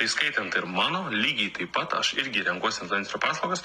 įskaitant ir mano lygiai taip pat aš irgi renkuosi influencerio paslaugas